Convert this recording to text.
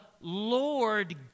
Lord